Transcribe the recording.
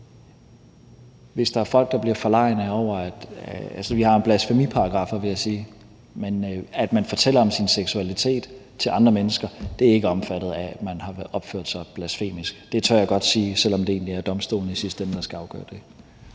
blasfemiparagraf, vil jeg sige, men at man fortæller om sin seksualitet til andre mennesker, er ikke omfattet af, at man har opført sig blasfemisk. Det tør jeg godt sige, selv om det egentlig er domstolene i sidste ende, der skal afgøre det.